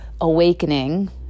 awakening